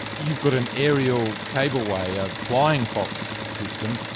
you've got an aerial cableway, a flying fox system.